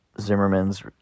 Zimmerman's